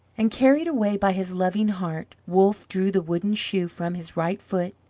and carried away by his loving heart, wolff drew the wooden shoe from his right foot,